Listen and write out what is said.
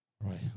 right